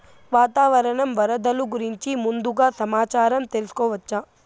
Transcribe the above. వాతావరణం వరదలు గురించి ముందుగా సమాచారం తెలుసుకోవచ్చా?